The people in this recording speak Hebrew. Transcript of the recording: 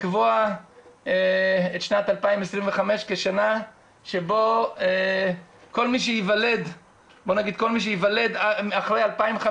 לקבוע את שנת 2025 כשנה בה כל מי שייוולד אחרי 2015,